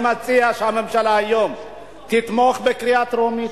שהממשלה תתמוך היום בקריאה טרומית.